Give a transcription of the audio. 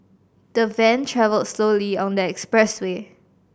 the van travelled slowly on the expressway